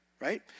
right